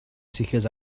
seekers